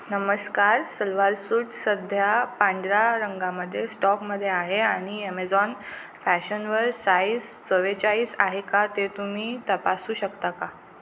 नमस्कार सलवार सूट सध्या पांढऱ्या रंगामध्ये स्टॉकमध्ये आहे आणि ॲमेझॉन फॅशनवर साईज चव्वेचाळीस आहे का ते तुम्ही तपासू शकता का